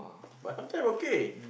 but some time okay